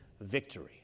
victory